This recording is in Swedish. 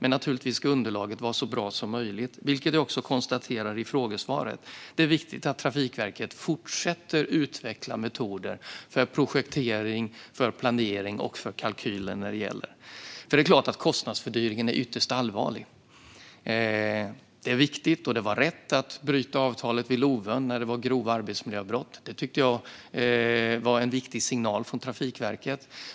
Naturligtvis ska underlaget vara så bra som möjligt, vilket jag också konstaterar i frågesvaret. Det är viktigt att Trafikverket fortsätter att utveckla metoder för projektering, planering och kalkyler. Det är klart att kostnadsfördyringen är ytterst allvarlig. Det är viktigt, och det var rätt att bryta avtalet vid Lovön när det var grova arbetsmiljöbrott. Det tyckte jag var en viktig signal från Trafikverket.